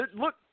Look